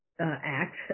act